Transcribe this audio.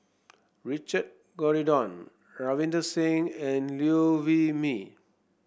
Richard Corridon Ravinder Singh and Liew Wee Mee